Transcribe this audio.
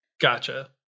Gotcha